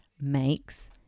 makes